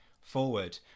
forward